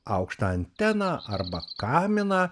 aukštą anteną arba kaminą